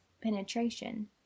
penetration